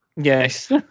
Yes